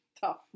tough